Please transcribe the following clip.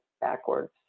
backwards